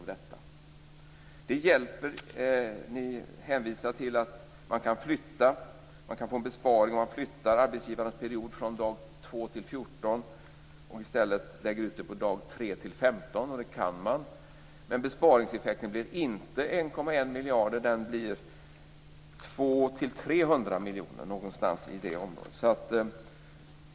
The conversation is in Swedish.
Kristdemokraterna hänvisar till att man kan få en besparing om man flyttar arbetsgivarens period från dag 2-14 och i stället lägger den på dag 3-15, och det kan man. Men besparingseffekten blir inte 1,1 miljard. Den blir 200-300 miljoner eller någonstans i det området.